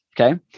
okay